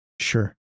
Sure